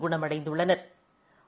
குணமடைந்துள்ளனா்